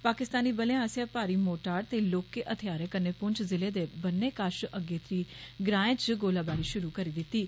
पाकिस्तानी बलें आस्सेया भारी मोरटार ते लोहके हत्थयारें कन्नै पुंछ जिले दे बन्नै कश अगेत्री ग्रांए च गोलाबारी शुरू करी दित्ती ऐ